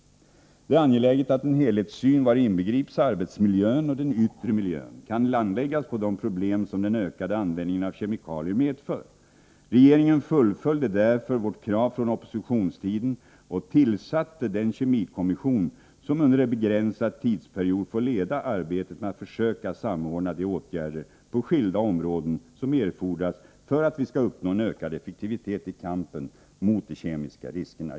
Det är angeläget att en helhetssyn, vari inbegrips arbetsmiljön och den yttre miljön, kan anläggas på de problem som den ökade användningen av kemikalier medför. Regeringen fullföljde därför vårt krav från oppositionstiden och tillsatte den kemikommission som under en begränsad tidsperiod får leda arbetet med att försöka samordna de åtgärder på skilda områden som erfordras för att vi skall uppnå en ökad effektivitet i kampen mot de kemiska riskerna.